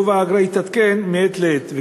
גובה האגרה התעדכן מעת לעת,